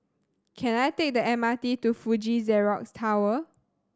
can I take the M R T to Fuji Xerox Tower